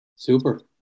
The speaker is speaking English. Super